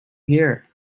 here